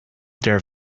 their